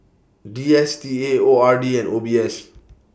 D S T A O R D and O B S